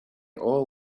all